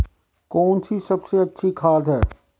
कौन सी सबसे अच्छी खाद है?